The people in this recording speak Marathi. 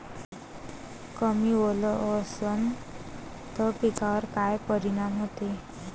कमी ओल असनं त पिकावर काय परिनाम होते?